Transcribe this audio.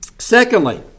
Secondly